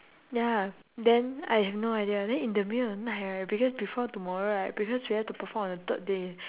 ya then I have no idea then in the middle of the night right because before tomorrow right because we have to perform on the third day